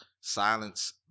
silence